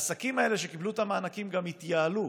העסקים האלה שקיבלו את המענקים גם התייעלו,